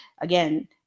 again